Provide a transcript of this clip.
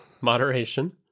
moderation